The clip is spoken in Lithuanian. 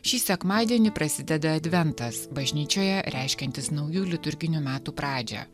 šį sekmadienį prasideda adventas bažnyčioje reiškiantis naujų liturginių metų pradžią